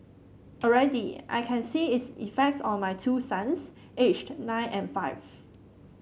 already I can see its effect on my two sons aged nine and five